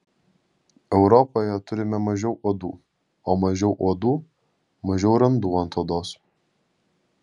europoje turime mažiau uodų o mažiau uodų mažiau randų ant odos